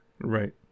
right